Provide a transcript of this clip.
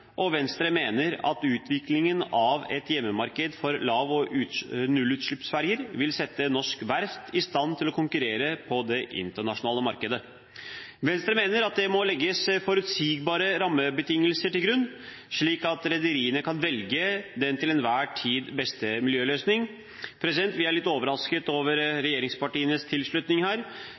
og Venstre mener at utviklingen av et hjemmemarked for lav- og nullutslippsferger vil sette norske verft i stand til å konkurrere på det internasjonale markedet. Venstre mener at det må legges forutsigbare rammebetingelser til grunn, slik at rederiene kan velge den til enhver tid beste miljøløsningen. Vi er litt overrasket over regjeringspartienes tilslutning her.